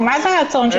הלאה.